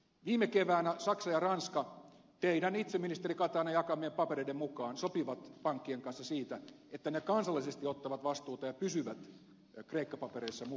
viime keväänä saksa ja ranska teidän itse ministeri katainen jakamienne papereiden mukaan sopivat pankkien kanssa siitä että ne kansallisesti ottavat vastuuta ja pysyvät kreikka papereissa mukana